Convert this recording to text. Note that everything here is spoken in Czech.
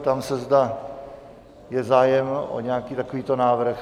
Ptám se, zde je zájem o nějaký takovýto návrh.